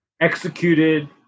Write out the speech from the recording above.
executed